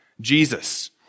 Jesus